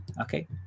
okay